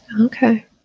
Okay